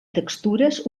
textures